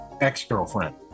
Ex-girlfriend